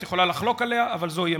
את יכולה לחלוק עליה, אבל זוהי עמדתי.